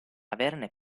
averne